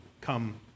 come